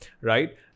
Right